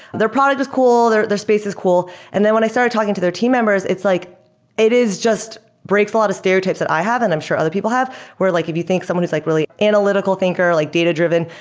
their product is cool. their their space is cool. and then when i started talking to their team members, it's like it is just grateful out of stereotypes that i have, and i'm sure other people have where like if you think someone who's like really analytical thinker, like data-driven.